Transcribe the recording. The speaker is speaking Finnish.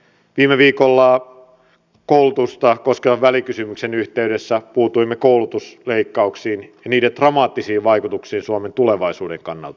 viime viikolla koulutusta koskevan välikysymyksen yhteydessä puutuimme koulutusleikkauksiin ja niiden dramaattisiin vaikutuksiin suomen tulevaisuuden kannalta